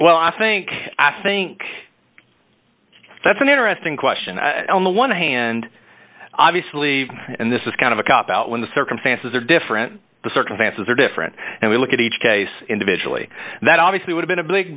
well i think i think that's an interesting question on the one hand obviously and this is kind of a cop out when the circumstances are different the circumstances are different and we look at each case individually that obviously would've been a big